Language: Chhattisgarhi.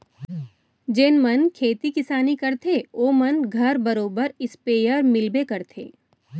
जेन मन खेती किसानी करथे ओ मन घर बरोबर इस्पेयर मिलबे करथे